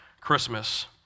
Christmas